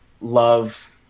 love